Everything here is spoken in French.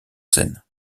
seine